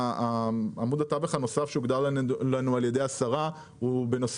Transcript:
עמוד התווך הנוסף שהוגדר לנו על ידי השרה הוא בנושא